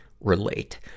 relate